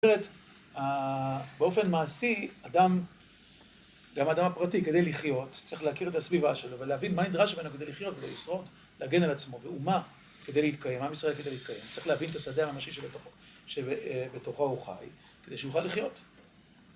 באופן מעשי אדם, גם האדם הפרטי, כדי לחיות, צריך להכיר את הסביבה שלו, ולהבין מה נדרש ממנו כדי לחיות ולשרוד, להגן על עצמו. ומה כדי להתקיים, עם ישראל כדי להתקיים, צריך להבין את השדה הממשי שבתוכו הוא חי כדי שהוא יוכל לחיות